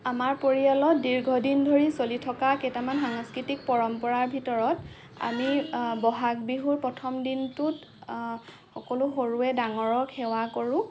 আমাৰ পৰিয়ালত দীৰ্ঘদিন ধৰি চলি থকা কেইটামান সাংস্কৃতিক পৰম্পৰাৰ ভিতৰত আমি ব'হাগ বিহুৰ প্ৰথম দিনটোত সকলো সৰুৱে ডাঙৰক সেৱা কৰোঁ